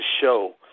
show